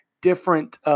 different